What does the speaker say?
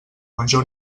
major